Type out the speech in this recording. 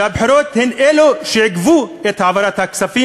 שהבחירות הן אלו שעיכבו את העברת הכספים